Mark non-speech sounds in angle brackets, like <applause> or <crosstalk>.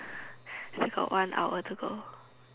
<breath> still got one hour to go